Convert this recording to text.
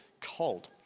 cold